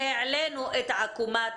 והעלינו את עקומת